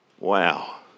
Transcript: Wow